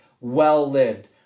well-lived